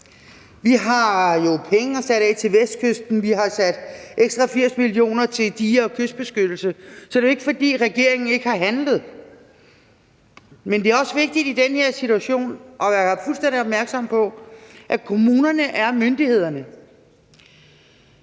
Vi har jo sat penge af til vestkysten. Vi har sat ekstra 80 mio. kr. til dige- og kystbeskyttelse. Så det er jo ikke, fordi regeringen ikke har handlet. Men det er også vigtigt i den her situation at være fuldstændig opmærksom på, at kommunerne er myndighed.